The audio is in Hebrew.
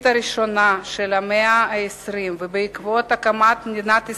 הראשונה של המאה ה-20 ובעקבות הקמת מדינת ישראל,